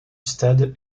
stade